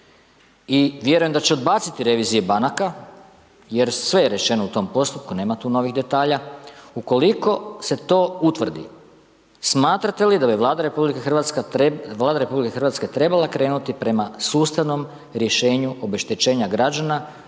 i vjerujem da će odbaciti revizije banaka jer sve je rečeno u tom postupku, nema tu novih detalja. Ukoliko se to utvrdi, smatrate li da bi Vlada RH trebala krenuti prema sustavnom rješenju obeštećenja građana